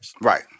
right